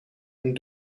een